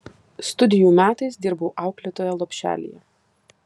studijų metais dirbau auklėtoja lopšelyje